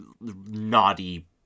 naughty